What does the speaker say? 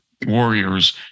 warriors